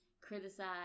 criticize